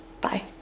Bye